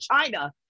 China